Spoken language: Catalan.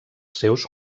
seus